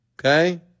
Okay